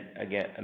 again